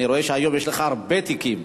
אני רואה שהיום יש לך הרבה תיקים.